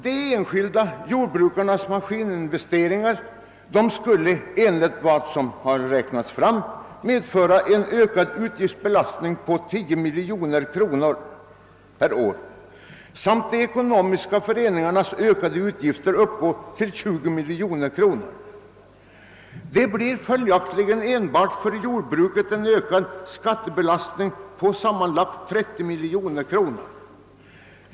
De enskilda jordbrukarnas maskininvesteringar skulle enligt beräkningarna medföra en ökad utgiftsbelastning på 10 miljoner kronor per år, medan de ekonomiska föreningarnas utgiftsökning skulle uppgå till 20 miljoner kronor. Det blir följaktligen enbart för jordbruket en skattebelastningsökning med sammanlagt 30 miljoner kronor.